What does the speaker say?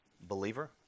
believer